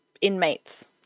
inmates